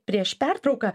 prieš pertrauką